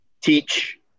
teach